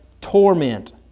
torment